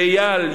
ואייל ידידי,